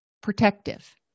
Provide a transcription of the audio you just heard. protective